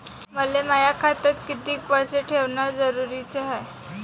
मले माया खात्यात कितीक पैसे ठेवण जरुरीच हाय?